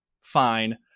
fine